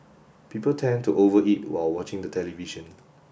people tend to over eat while watching the television